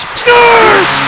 scores